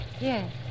yes